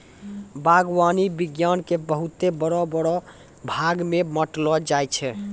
बागवानी विज्ञान के बहुते बड़ो बड़ो भागमे बांटलो जाय छै